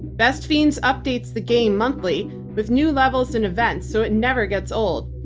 best fiends updates the game monthly with new levels and events so it never gets old.